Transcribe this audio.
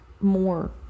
more